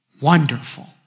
wonderful